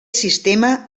sistema